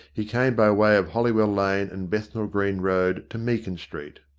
he came by way of holywell lane and bethnal green road to meakin street.